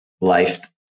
life